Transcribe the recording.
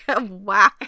wow